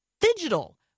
digital